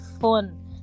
fun